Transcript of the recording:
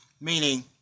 meaning